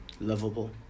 lovable